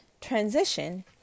transition